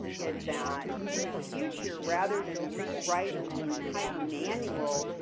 is that in the future, rather than rewriting the entire manual,